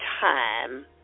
time